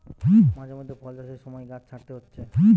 মাঝে মধ্যে ফল চাষের সময় গাছ ছাঁটতে হচ্ছে